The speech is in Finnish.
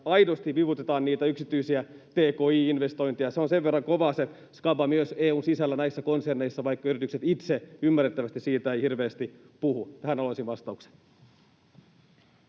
aidosti vivutetaan niitä yksityisiä tki-investointeja? Se on sen verran kovaa se skaba myös EU:n sisällä näissä konserneissa, vaikka yritykset itse ymmärrettävästi siitä eivät hirveästi puhu. Tähän haluaisin vastauksen.